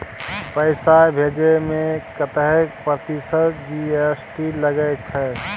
पैसा भेजै में कतेक प्रतिसत जी.एस.टी लगे छै?